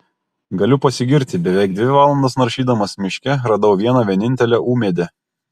galiu pasigirti beveik dvi valandas naršydamas miške radau vieną vienintelę ūmėdę